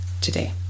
today